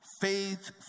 Faith